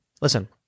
Listen